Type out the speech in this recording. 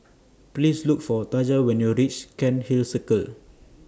Please Look For Taja when YOU REACH Cairnhill Circle